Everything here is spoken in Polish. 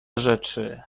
rzeczy